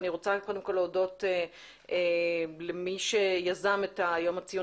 אני רוצה קודם כול להודות למי שיזם את יום הציון